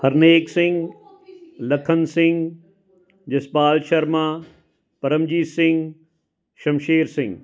Harnek Singh Lakhan Singh Jaspal Sharma Paramjit Singh Shamsher Singh